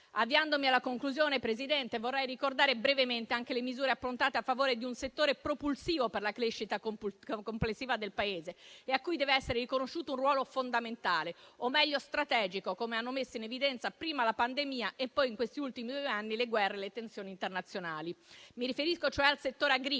Avviandomi alla conclusione, signor Presidente, vorrei ricordare brevemente anche le misure approntate a favore di un settore propulsivo per la crescita complessiva del Paese, cui dev'essere riconosciuto un ruolo fondamentale - o, meglio, strategico - come hanno messo in evidenza prima la pandemia e poi, in questi ultimi due anni, le guerre e le tensioni internazionali. Mi riferisco al settore agricolo,